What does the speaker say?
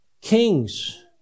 kings